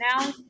now